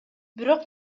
бирок